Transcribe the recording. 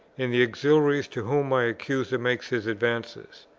and the auxiliaries to whom my accuser makes his advances.